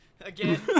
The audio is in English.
again